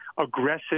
aggressive